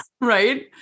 Right